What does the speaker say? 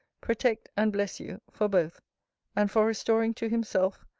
protect and bless you, for both and for restoring to himself,